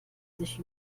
sich